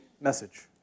message